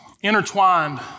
intertwined